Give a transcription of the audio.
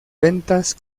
ventas